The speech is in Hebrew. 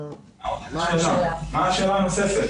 מה השאלה הנוספת?